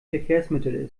verkehrsmittel